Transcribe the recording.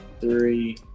three